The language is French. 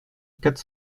quatre